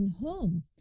home